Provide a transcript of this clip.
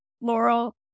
Laurel